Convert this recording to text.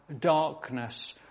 darkness